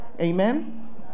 amen